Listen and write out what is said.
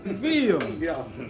feel